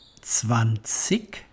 Zwanzig